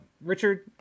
Richard